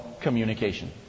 communication